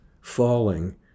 falling